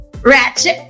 ratchet